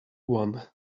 one